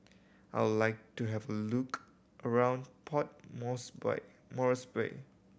I would like to have a look around Port Moresby